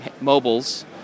mobiles